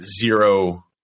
zero